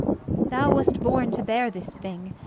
thou wast born to bear this thing.